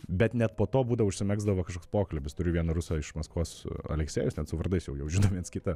bet net po to būdavo užsimegzdavo kažkoks pokalbis turiu vieną rusą iš maskvos aleksėjus ten su vardais jau jau žinom viens kitą